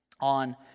on